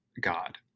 God